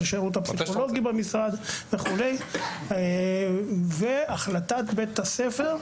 השירות הפסיכולוגי במשרד וכולי והחלטת בית הספר.